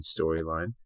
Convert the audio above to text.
storyline